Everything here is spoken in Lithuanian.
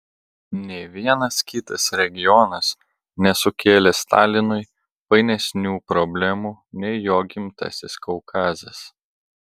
nė vienas kitas regionas nesukėlė stalinui painesnių problemų nei jo gimtasis kaukazas